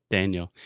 Daniel